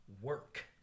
work